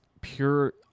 pure